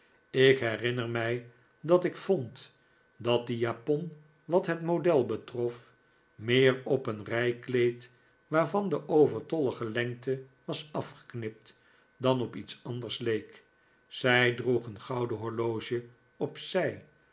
ik herinner mij dat ik vond dat die japon wat het model betrof meer op een rijkleed waarvan de overtollige lengte was afgeknipt dan op iets anders leek zij droeg een gouden horloge op